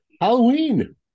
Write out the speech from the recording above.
Halloween